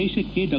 ದೇಶಕ್ಕೆ ಡಾ